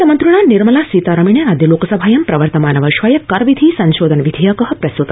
लोकसभा वित्तमन्द्रिणा निर्मला सीतारणेनादय लोकसभायां प्रवर्तमान वर्षाय कर विधि संशोधन विधेयक प्रस्त्तः